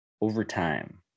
overtime